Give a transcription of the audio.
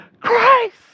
Christ